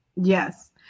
Yes